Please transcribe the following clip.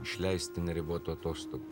išleisti neribotų atostog